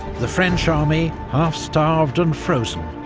the french army, half-starved and frozen,